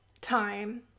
time